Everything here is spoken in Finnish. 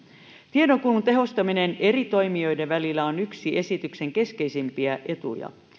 tiedonkulun tehostaminen eri toimijoiden välillä on yksi esityksen keskeisimpiä etuja